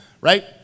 right